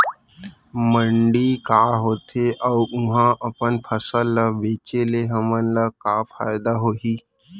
मंडी का होथे अऊ उहा अपन फसल ला बेचे ले हमन ला का फायदा होही?